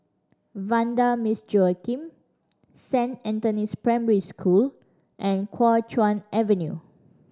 Vanda Miss Joaquim Saint Anthony's Primary School and Kuo Chuan Avenue